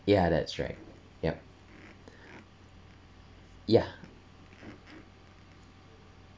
ya that's right yup ya